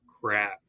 crap